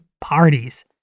parties